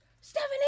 Stephanie